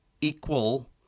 equal